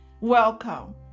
Welcome